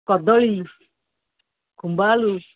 କଦଳୀ ଖୁମ୍ବ ଆଳୁ